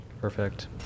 Perfect